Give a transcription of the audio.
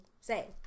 say